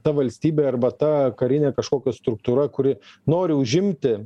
ta valstybė arba ta karinė kažkokia struktūra kuri nori užimti